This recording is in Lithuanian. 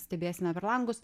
stebėsime per langus